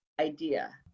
idea